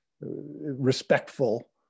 respectful